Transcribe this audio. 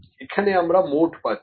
এখানে আমরা মোড পাচ্ছি